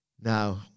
Now